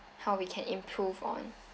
how we can improve on